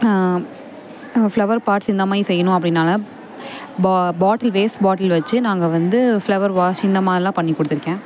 flower pots இந்தமாதிரி செய்யணும் அப்படின்னால பா பாட்டில் வேஸ்ட் பாட்டில் வச்சு நாங்கள் வந்து ஃப்ளவர்வாஷ் இந்த மாதிரிலாம் பண்ணி கொடுத்துருக்கேன்